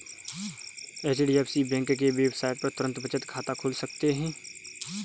HDFC bank के website पर तुरंत बचत खाता खोल सकते है